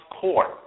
court